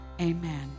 amen